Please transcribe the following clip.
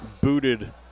booted